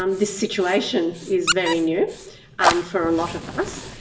um this situation is very new um for a lot of us.